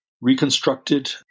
reconstructed